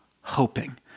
hoping